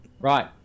Right